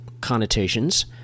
connotations